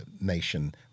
nation